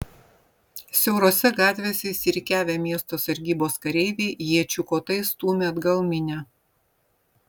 siaurose gatvėse išsirikiavę miesto sargybos kareiviai iečių kotais stūmė atgal minią